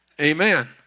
Amen